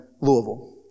Louisville